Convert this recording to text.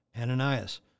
Ananias